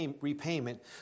repayment